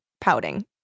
pouting